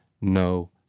no